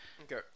Okay